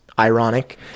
Ironic